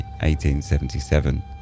1877